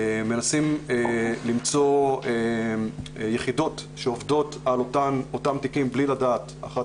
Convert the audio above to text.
מנסים למצוא יחידות שעובדות על אותם תיקים בלי לדעת אחת